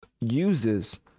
uses